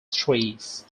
trees